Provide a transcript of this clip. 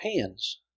hands